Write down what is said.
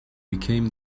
became